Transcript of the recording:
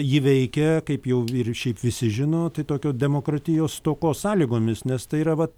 ji veikia kaip jau ir šiaip visi žino tai tokio demokratijos stokos sąlygomis nes tai yra vat